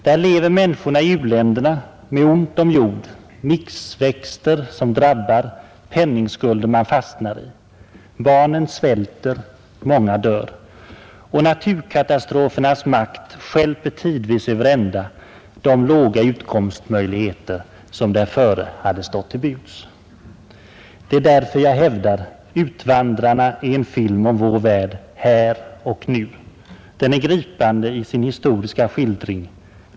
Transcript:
Där lever människorna i u-länderna med ont om jord, missväxter som drabbar, penningskulder man fastnar i. Barnen svälter, många dör. Och naturkatastrofernas makt stjälper tidvis över ända de låga utkomstmöjligheter som därföre stått till buds. Det är därför jag hävdar: Utvandrarna är en film om vår värld här och nu. Den är gripande i sin historiska skildring.